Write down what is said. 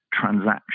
transaction